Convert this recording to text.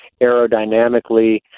aerodynamically